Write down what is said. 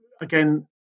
again